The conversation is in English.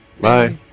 Bye